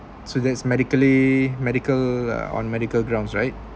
so that is medically medical ah on medical grounds right